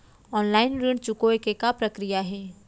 Online ऋण चुकोय के का प्रक्रिया हे?